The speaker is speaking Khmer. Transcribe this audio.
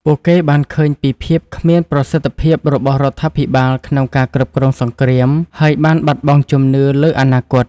ពួកគេបានឃើញពីភាពគ្មានប្រសិទ្ធភាពរបស់រដ្ឋាភិបាលក្នុងការគ្រប់គ្រងសង្គ្រាម ហើយបានបាត់បង់ជំនឿលើអនាគត។